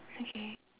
okay